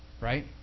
right